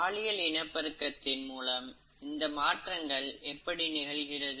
பாலியல் இனப்பெருக்கத்தின் மூலம் இந்த மாற்றங்கள் எப்படி நிகழ்கிறது